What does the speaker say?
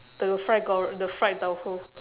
the fried gor~ the fried tauhu